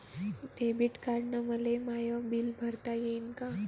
Debit कार्डानं मले my bill भरता येईन का?